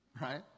Right